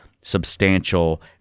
substantial